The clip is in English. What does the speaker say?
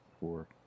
Four